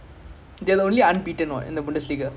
okay let me see the score now